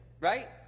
right